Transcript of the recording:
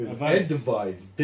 Advice